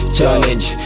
Challenge